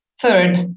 Third